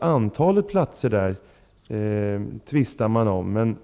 Antalet platser tvistar man också om.